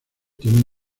tiene